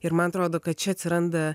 ir man atrodo kad čia atsiranda